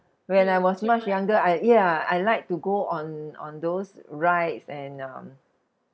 when I was much younger I ya I like to go on on those rides and um